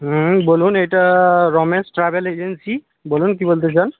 হুম বলুন এটা Ramesh travel agency বলুন কী বলতে চান